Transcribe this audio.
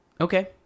Okay